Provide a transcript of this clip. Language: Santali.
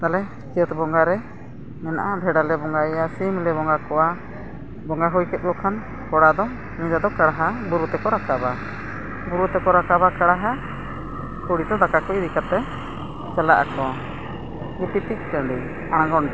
ᱛᱟᱞᱮ ᱪᱟᱹᱛ ᱵᱚᱸᱜᱟᱨᱮ ᱢᱮᱱᱟᱜᱼᱟ ᱵᱷᱮᱰᱟ ᱞᱮ ᱵᱚᱸᱜᱟᱭᱮᱭᱟ ᱥᱤᱢ ᱞᱮ ᱵᱚᱸᱜᱟ ᱠᱚᱣᱟ ᱵᱚᱸᱜᱟ ᱦᱩᱭ ᱠᱮᱫ ᱠᱚ ᱠᱷᱟᱱ ᱠᱚᱲᱟ ᱫᱚ ᱡᱚᱛᱚ ᱠᱟᱨᱦᱟ ᱵᱩᱨᱩ ᱛᱮᱠᱚ ᱨᱟᱠᱟᱵᱼᱟ ᱵᱩᱨᱩ ᱛᱮᱠᱚ ᱨᱟᱠᱟᱵᱼᱟ ᱠᱟᱨᱦᱟ ᱠᱩᱲᱤ ᱫᱚ ᱫᱟᱠᱟ ᱠᱚ ᱤᱫᱤ ᱠᱟᱛᱮᱫ ᱪᱟᱞᱟᱜ ᱟᱠᱚ ᱜᱤᱯᱤᱛᱤᱡ ᱴᱟᱺᱰᱤ ᱟᱬᱜᱚᱱ ᱴᱷᱮᱱ